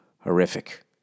horrific